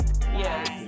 Yes